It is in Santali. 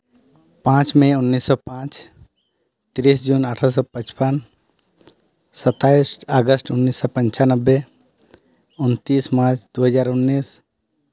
ᱯᱟᱸᱪ ᱢᱮ ᱩᱱᱤᱥᱥᱚ ᱯᱟᱸᱪ ᱛᱤᱨᱤᱥᱮ ᱡᱩᱱ ᱟᱴᱷᱮᱨᱚᱥᱚ ᱯᱟᱸᱪᱯᱟᱱ ᱥᱟᱛᱟᱥ ᱟᱜᱚᱥᱴ ᱩᱱᱤᱥᱥᱚ ᱯᱚᱪᱟᱱᱚᱵᱵᱳᱭ ᱩᱱᱛᱤᱨᱤᱥ ᱯᱟᱸᱪ ᱫᱩ ᱦᱟᱡᱟᱨ ᱩᱱᱤᱥ